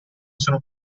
sono